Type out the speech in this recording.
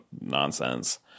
nonsense